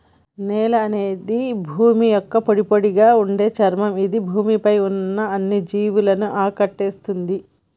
నేల అనేది భూమి యొక్క పొడిపొడిగా ఉండే చర్మం ఇది భూమి పై ఉన్న అన్ని జీవులను ఆకటేస్తుంది